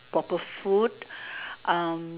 proper food